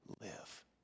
live